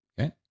Okay